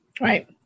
Right